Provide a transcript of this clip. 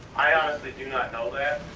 i honestly do not know that.